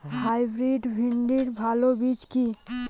Hybrid ভিন্ডির ভালো বীজ কি?